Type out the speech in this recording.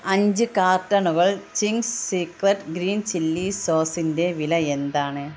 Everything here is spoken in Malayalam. അഞ്ച് കാർട്ടണുകൾ ചിംഗ്സ് സീക്രട്ട് ഗ്രീൻ ചില്ലി സോസിൻ്റെ വില എന്താണ്